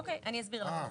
אוקיי, אני אסביר לכם.